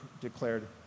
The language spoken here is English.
declared